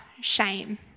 shame